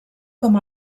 com